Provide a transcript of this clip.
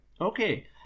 Okay